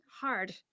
hard